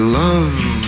love